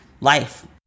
life